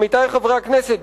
עמיתי חברי הכנסת,